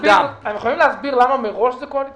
הם יכולים להסביר למה מראש זה תקציב קואליציוני?